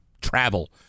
travel